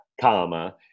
comma